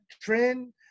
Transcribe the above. trend